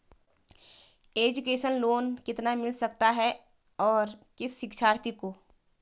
Education loan कितना मिल सकता है और किस शिक्षार्थी को?